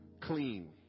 clean